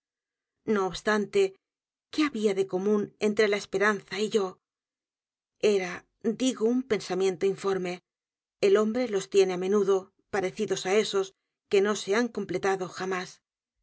no obstante qué había de común entre la esperanza y y o e r a digo un pensamiento informe el hombre los tiene á menudo parecidos á esos que no se han completado